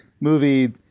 movie